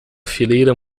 fileira